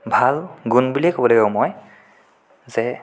ভাল গুণ বুলিয়ে ক'ব লাগিব মই যে